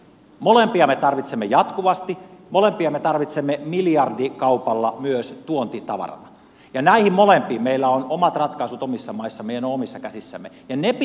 molempia me tarvitsemme jatkuvasti molempia me tarvitsemme miljardikaupalla myös tuontitavarana ja näihin molempiin meillä on omat ratkaisut omissa maissamme ja ne ovat omissa käsissämme ja ne pitää hyödyntää